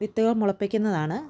വിത്തുകൾ മുളപ്പിക്കുന്നതാണ്